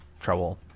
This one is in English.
trouble